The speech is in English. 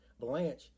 Blanche